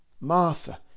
Martha